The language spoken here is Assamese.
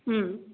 ও